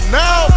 now